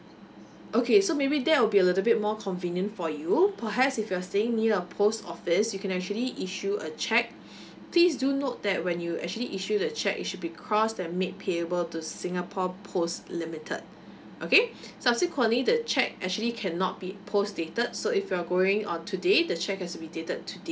okay so maybe there will be a little bit more convenient for you perhaps if you're staying near a post office you can actually issue a cheque please do note that when you actually issue the cheque it should be clause that made payable to singapore post limited okay subsequently the cheque actually cannot be post dated so if you're going on today the cheque has to be dated today